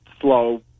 slow